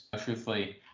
truthfully